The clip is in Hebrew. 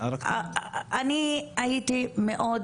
אני הייתי מאוד,